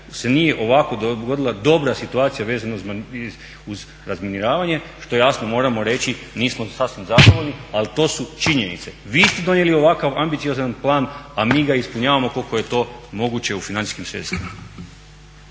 se nije ovako dogodila dobra situacija vezano uz razminiravanje što jasno moramo reći nismo sasvim zadovoljni ali to su činjenice. Vi ste donijeli ovakav ambiciozan plan, a mi ga ispunjavamo koliko je to moguće u financijskim sredstvima.